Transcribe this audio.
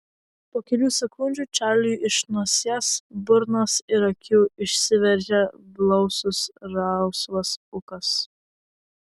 po kelių sekundžių čarliui iš nosies burnos ir akių išsiveržė blausus rausvas ūkas